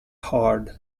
hard